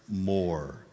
more